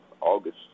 august